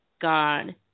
God